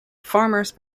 farmers